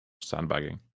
sandbagging